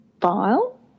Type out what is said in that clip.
file